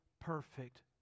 perfect